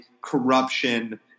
corruption